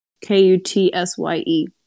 K-U-T-S-Y-E